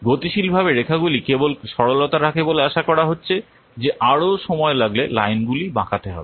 গতিশীলভাবে রেখাগুলি কেবল সরলতা রাখে বলে আশা করা হচ্ছে যে আরও সময় লাগলে লাইনগুলি বাঁকাতে হবে